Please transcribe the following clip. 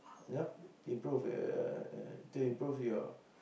you know improve uh to improve your